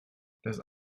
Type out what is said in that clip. das